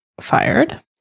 fired